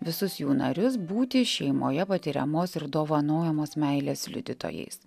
visus jų narius būti šeimoje patiriamos ir dovanojamos meilės liudytojais